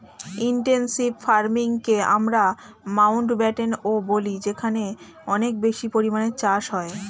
intensive ফার্মিংকে আমরা মাউন্টব্যাটেনও বলি যেখানে অনেক বেশি পরিমাণে চাষ হয়